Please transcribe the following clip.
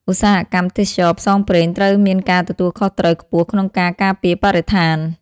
ឧស្សាហកម្មទេសចរណ៍ផ្សងព្រេងត្រូវមានការទទួលខុសត្រូវខ្ពស់ក្នុងការការពារបរិស្ថាន។